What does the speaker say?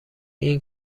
این